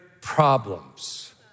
problems